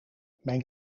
mijn